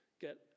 get